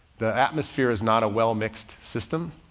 the atmosphere is not a well mixed system,